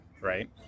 right